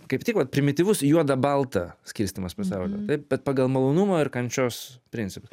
kaip tik vat primityvus juoda balta skirstymas pasaulio taip bet pagal malonumą ir kančios principus